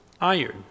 iron